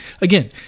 again